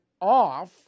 off